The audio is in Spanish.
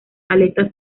aletas